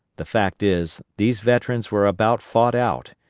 the fact is, these veterans were about fought out,